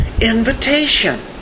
invitation